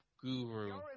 guru